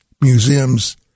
museums